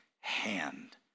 hand